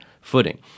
footing